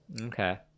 Okay